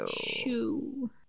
shoe